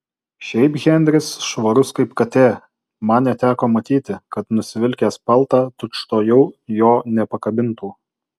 šiaip henris švarus kaip katė man neteko matyti kad nusivilkęs paltą tučtuojau jo nepakabintų